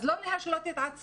אז לא להשלות את עצמנו.